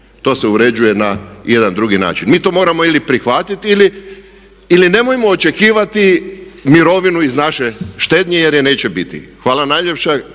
To se uređuje na jedan drugi način. Mi to moramo ili prihvatiti ili nemojmo očekivati mirovinu iz naše štednje jer je neće biti. Hvala najljepša.